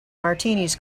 martinis